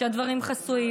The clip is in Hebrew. שהדברים חסויים,